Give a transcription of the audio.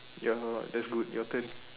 ya hor that's good your turn